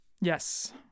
Yes